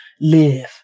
live